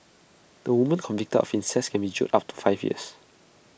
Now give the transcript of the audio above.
the woman convicted of incest can be jailed up to five years